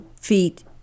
feet